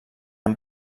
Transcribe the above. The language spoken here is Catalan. amb